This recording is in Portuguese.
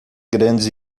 grandes